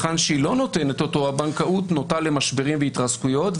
היכן שהיא לא נותנת אותו הבנקאות נוטה למשברים ולהתרסקויות,